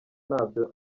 ntabyo